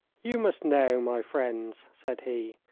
you must know, my friends, said he,